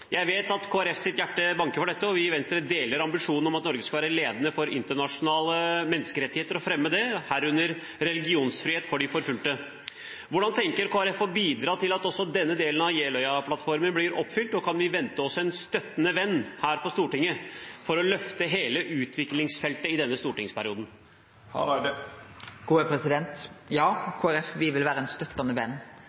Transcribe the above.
Jeg vet at Kristelig Folkepartis hjerte banker for dette, og vi i Venstre deler ambisjonen om at Norge skal være ledende for internasjonale menneskerettigheter og fremme det, herunder religionsfrihet for de forfulgte. Hvordan tenker Kristelig Folkeparti å bidra til at også denne delen av Jeløya-plattformen blir oppfylt, og kan vi vente oss en støttende venn her på Stortinget for å løfte hele utviklingsfeltet i denne stortingsperioden? Ja,